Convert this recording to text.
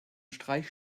streich